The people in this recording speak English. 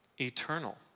eternal